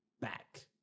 back